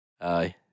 aye